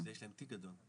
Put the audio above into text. בשביל זה יש להן תיק גדול.